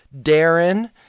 Darren